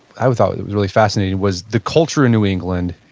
i thought was really fascinating, was the culture in new england,